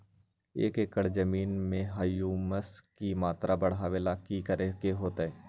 एक एकड़ जमीन में ह्यूमस के मात्रा बढ़ावे ला की करे के होतई?